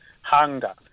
hunger